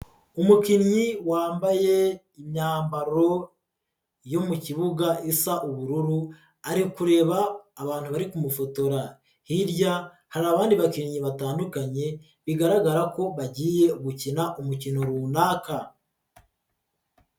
Umukinnyi wambaye imyambaro yo mu kibuga isa ubururu ari kureba abantu bari kumufotora, hirya hari abandi bakinnyi batandukanye bigaragara ko bagiye gukina umukino runaka.